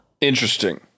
Interesting